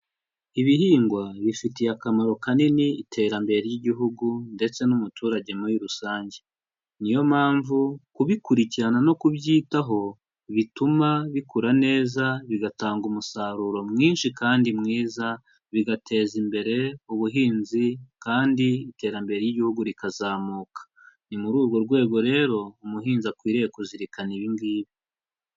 Ibihingwa bifitiye akamaro kanini iterambere ry'igihugu ndetse n'umuturage muri rusange. Ni yo mpamvu kubikurikirana no kubyitaho, bituma bikura neza bigatanga umusaruro mwinshi kandi mwiza, bigateza imbere ubuhinzi, kandi iterambere ry'igihugu rikazamuka. Ni muri urwo rwego rero umuhinzi akwiriye kuzirikana ibi ngibi.